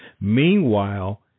Meanwhile